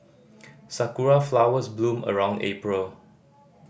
sakura flowers bloom around April